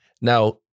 Now